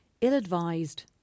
ill-advised